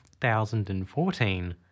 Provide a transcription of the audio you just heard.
2014